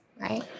right